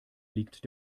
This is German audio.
liegt